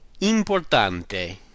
Importante